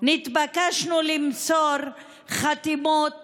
נתבקשנו למסור חתימות